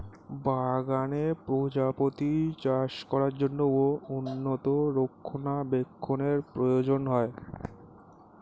বাগানে প্রজাপতি চাষ করার জন্য উন্নত রক্ষণাবেক্ষণের প্রয়োজন হয়